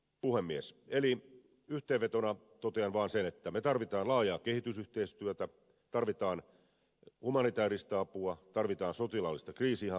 eli yhteenvetona totean vain sen että tarvitaan laajaa kehitysyhteistyötä tarvitaan humanitääristä apua tarvitaan sotilaallista kriisinhallintaa